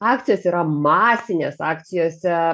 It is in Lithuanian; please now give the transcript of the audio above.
akcijos yra masinės akcijose